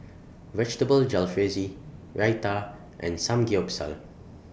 Vegetable Jalfrezi Raita and Samgeyopsal